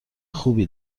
خوبی